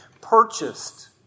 purchased